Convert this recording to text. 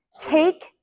take